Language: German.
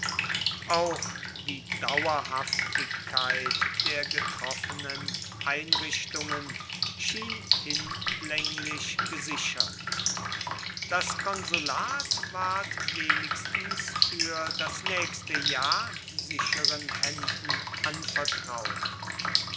auch die dauerhaftigkeit der getroffenen einrichtungen schien hinlänglich gesichert das konsulat ward wenigstens für das nächste jahr sicheren händen anvertraut